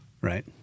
Right